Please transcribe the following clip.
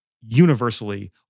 universally